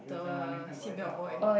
the seat belt boy